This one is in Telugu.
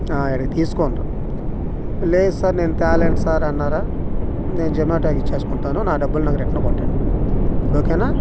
ఇక్కడికి తీసుకొనిరా లేదు సర్ నేను తేలేను సార్ అన్నారా నేను జొమేటోకి ఇచ్చేసుకుంటాను నా డబ్బులు నాకు రిటర్న్ కొట్టండి ఓకేనా